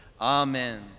Amen